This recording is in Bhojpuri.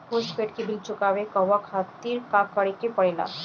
पोस्टपैड के बिल चुकावे के कहवा खातिर का करे के पड़ें ला?